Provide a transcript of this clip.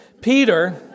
Peter